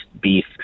beef